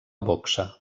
boxa